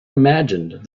imagined